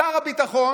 שר הביטחון